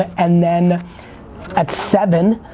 and then at seven